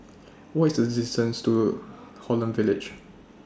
What IS The distance to Holland Village